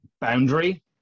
boundary